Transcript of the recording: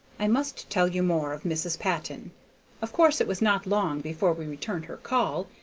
i must tell you more of mrs. patton of course it was not long before we returned her call,